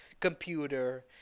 computer